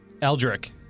Eldrick